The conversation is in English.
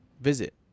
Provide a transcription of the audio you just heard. visit